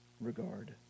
regard